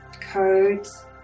codes